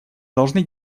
должны